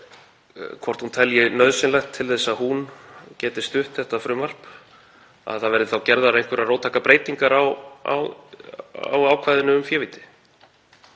hvort hún telji nauðsynlegt til þess að hún geti stutt þetta frumvarp að það verði þá gerðar einhverjar róttækar breytingar á ákvæðinu um févíti,